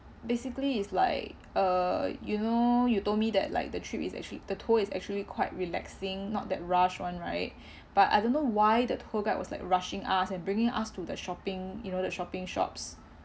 basically it's like uh you know you told me that like the trip is actually the tour is actually quite relaxing not that rush [one] right but I don't know why the tour guide was like rushing us and bringing us to the shopping you know the shopping shops